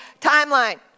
timeline